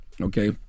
Okay